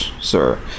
Sir